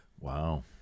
Wow